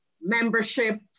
membership